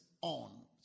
on